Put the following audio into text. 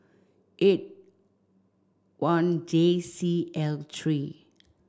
eight one J C L three